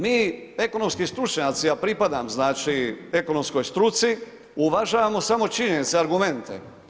Mi ekonomski stručnjaci, a pripadam znači ekonomskoj struci uvažavamo samo činjenice, argumente.